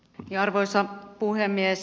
arvoisa puhemies